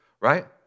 right